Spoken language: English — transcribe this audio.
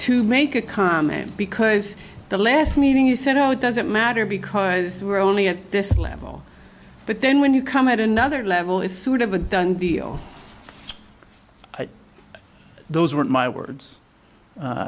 to make a comment because the last meeting you said oh it doesn't matter because we're only at this level but then when you come at another level it's sort of a done deal those weren't my words